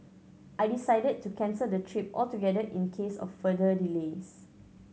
I decided to cancel the trip altogether in case of further delays